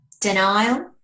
denial